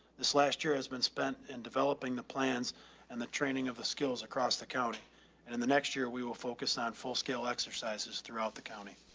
this last year has been spent in developing the plans and the training of the skills across the county and in the next year we will focus on full scale exercises throughout the county.